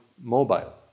mobile